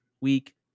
week